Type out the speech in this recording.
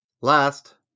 last